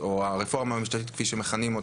או הרפורמה המשפטית כפי שמכנים אותה,